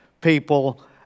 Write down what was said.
people